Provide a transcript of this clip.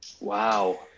Wow